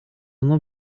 оно